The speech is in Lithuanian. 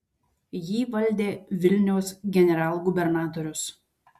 jį valdė vilniaus generalgubernatorius